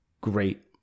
great